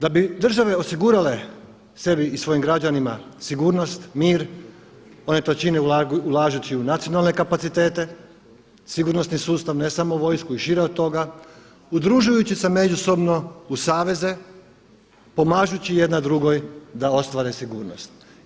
Da bi države osigurale sebi i svojim građanima sigurnost, mir, one to čine ulažući u nacionalne kapacitete, sigurnosni sustav, ne samo vojsku i šire od toga, udružujući se međusobno u saveze, pomažući jedna drugoj da ostvare sigurnost.